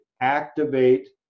activate